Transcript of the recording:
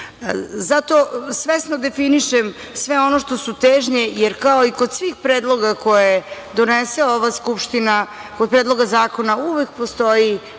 nema. Zato svesno definišem sve ono što su težnje, jer kao i kod svih predloga koje donese ova skupština kod predloga zakona uvek postoji